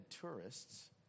tourists